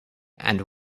and